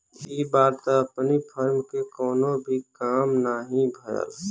इ बार त अपनी फर्म के कवनो भी काम नाही भयल